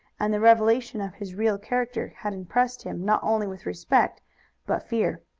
and the revelation of his real character had impressed him not only with respect but fear.